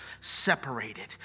separated